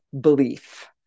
belief